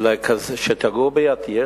שתגור ביתיר,